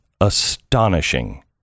astonishing